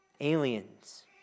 Aliens